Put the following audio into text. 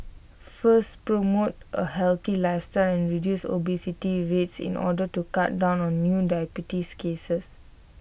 first promote A healthy lifestyle and reduce obesity rates in order to cut down on new diabetes cases